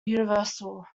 universal